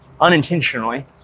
unintentionally